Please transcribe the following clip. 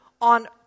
on